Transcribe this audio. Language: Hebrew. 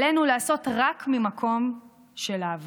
עלינו לעשות רק ממקום של אהבה,